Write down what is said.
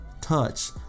touch